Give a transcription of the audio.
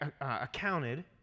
accounted